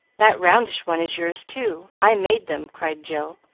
that roundish one is yours too i made them, cried jill,